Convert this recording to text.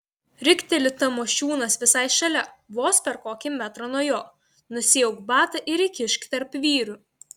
rikteli tamošiūnas visai šalia vos per kokį metrą nuo jo nusiauk batą ir įkišk tarp vyrių